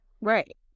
right